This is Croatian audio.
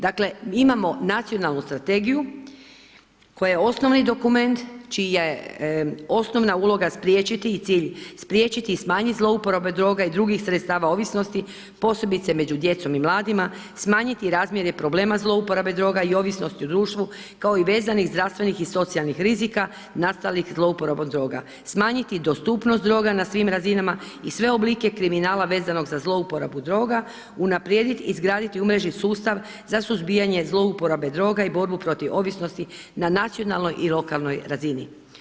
Dakle, imamo nacionalnu strategiju, koja je osnovi dokument čija je osnovna uloga spriječiti i cilj spriječiti i smanjiti zlouporabe droga i drugih sredstava ovisnosti posebice među djecom i mladima, smanjiti razmjene problema zlouporabe droga i ovisnosti u društvu, kao i vezanih zdravstvenih i socijalnih rizika, nastalih zlouporabom droga, smanjiti dostupnost droga, na svim razinama, i sve oblike kriminala vezanih uz zlouporabu droga unaprijediti i izgraditi umreženi sustav za suzbijanje zlouporabe droga i borbe protiv ovisnosti na nacionalnoj i lokalnoj sredini.